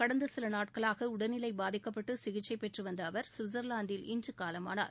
கடந்த சில நாட்களாக அவரது உடல் நிலை பாதிக்கப்பட்டு சிகிச்சை பெற்று வந்த அவர் சுவிட்சர்லாந்தில் இன்று காலமானார்